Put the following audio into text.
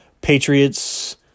Patriots